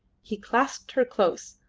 he clasped her close,